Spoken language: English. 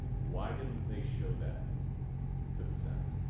why didn't they show that to the senate?